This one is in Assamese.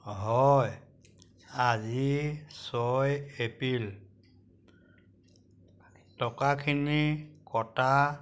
হয় আজি ছয় এপ্রিল টকাখিনি কটা